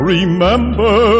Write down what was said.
Remember